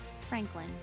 Franklin